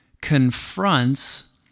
confronts